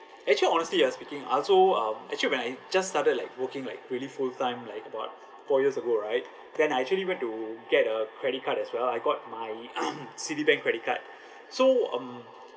actually honestly ah speaking I also um actually when I just started like working like really full time like about four years ago right then I actually went to get a credit card as well I got my citibank credit card so um